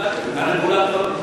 הרגולטור,